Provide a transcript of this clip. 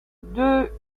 deux